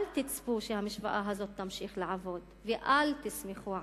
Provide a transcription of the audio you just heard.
אל תצפו שהמשוואה הזו תמשיך לעבוד ואל תסמכו עליה.